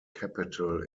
capital